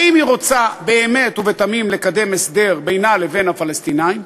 האם היא רוצה באמת ובתמים לקדם הסדר בינה לבין הפלסטינים,